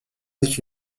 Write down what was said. qui